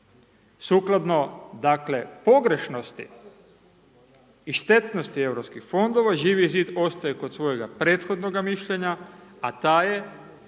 Sukladno dakle pogrešnosti i štetnosti europskih fondova, Živi zid ostaje kod svojega prethodnoga mišljenja, a taj je